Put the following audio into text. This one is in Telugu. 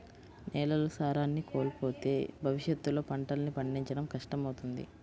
నేలలు సారాన్ని కోల్పోతే భవిష్యత్తులో పంటల్ని పండించడం కష్టమవుతుంది